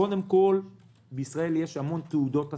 קודם כול בישראל יש הרבה מאוד תעודות השכלה,